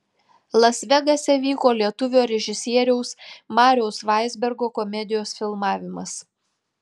las vegase vyko lietuvio režisieriaus mariaus vaizbergo komedijos filmavimas